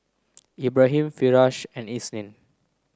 Ibrahim Firash and Isnin